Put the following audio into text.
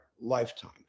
lifetime